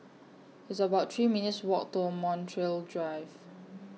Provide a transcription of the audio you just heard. It's about three minutes' Walk to Montreal Drive